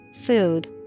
food